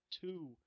two